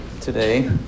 today